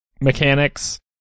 mechanics